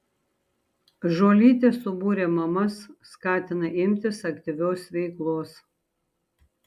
žuolytė subūrė mamas skatina imtis aktyvios veiklos